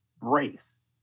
brace